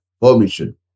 permission